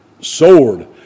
sword